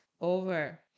over